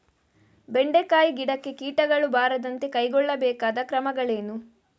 ಬೆಂಡೆಕಾಯಿ ಗಿಡಕ್ಕೆ ಕೀಟಗಳು ಬಾರದಂತೆ ಕೈಗೊಳ್ಳಬೇಕಾದ ಕ್ರಮಗಳೇನು?